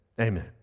amen